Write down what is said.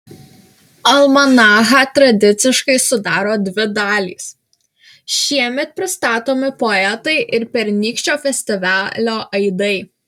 almanachą tradiciškai sudaro dvi dalys šiemet pristatomi poetai ir pernykščio festivalio aidai